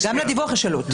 גם לדיווח יש עלות.